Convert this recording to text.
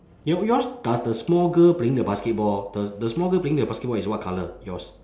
your yours does the small girl playing the basketball the the small girl playing the basketball is what colour yours